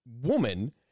woman